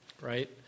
right